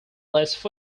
first